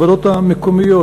בוועדות המקומיות,